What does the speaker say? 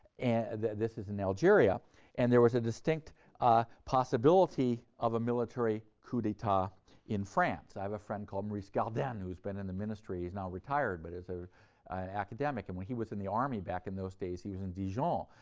and this is in algeria and there was a distinct possibility of a military coup d'etat in france. i have a friend called maurice gardin who's been in the ministry, he's now retired, but is an ah academic, and when he was in the army back in those days he was in dijon,